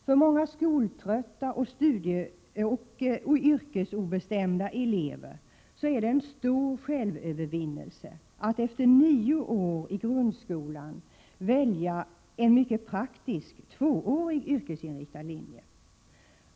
För många skoltrötta eller yrkesobestämda elever är det en stor självövervinnelse att efter nio år i grundskolan välja en mycket praktisk tvåårig yrkesinriktad linje.